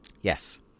Yes